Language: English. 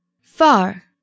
Far